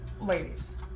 ladies